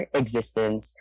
existence